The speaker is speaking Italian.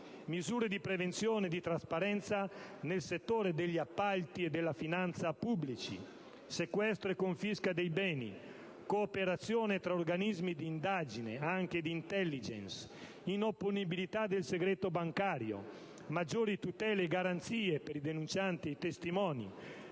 misure di prevenzione e di trasparenza nel settore degli appalti e della finanza pubblici; sequestro e confisca dei beni; cooperazione tra organismi di indagine (anche di *intelligence*); inopponibilità del segreto bancario; maggiori tutele e garanzie per i denuncianti e i testimoni,